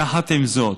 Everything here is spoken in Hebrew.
יחד עם זאת,